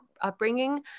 upbringing